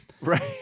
right